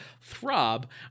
Throb